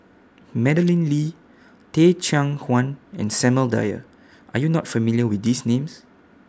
Madeleine Lee Teh Cheang Wan and Samuel Dyer Are YOU not familiar with These Names